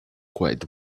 quite